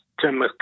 tim